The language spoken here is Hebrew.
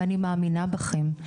ואני מאמינה בכם,